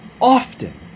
often